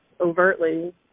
overtly